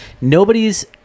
Nobody's